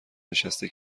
نشسته